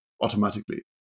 automatically